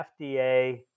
FDA